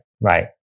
Right